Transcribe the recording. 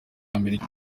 amerika